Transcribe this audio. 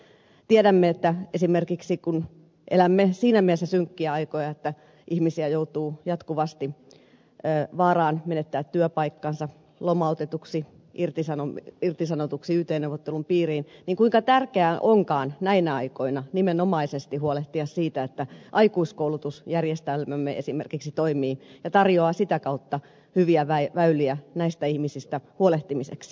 tiedämme esimerkiksi kun elämme siinä mielessä synkkiä aikoja että ihmisiä joutuu jatkuvasti vaaraan menettää työpaikkansa lomautetuksi irtisanotuksi yt neuvottelun piiriin kuinka tärkeää onkaan näinä aikoina nimenomaisesti huolehtia siitä että aikuiskoulutusjärjestelmämme esimerkiksi toimii ja tarjoaa sitä kautta hyviä väyliä näistä ihmisistä huolehtimiseksi